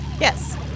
Yes